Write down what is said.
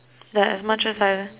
that as much as I